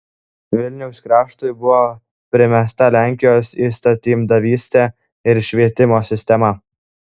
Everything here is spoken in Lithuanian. vilniaus kraštui buvo primesta lenkijos įstatymdavystė ir švietimo sistema